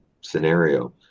scenario